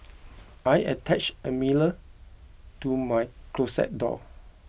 I attached a mirror to my closet door